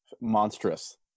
monstrous